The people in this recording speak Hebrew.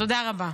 תודה רבה.